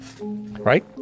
Right